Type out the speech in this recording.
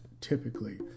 typically